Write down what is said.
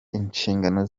inshingano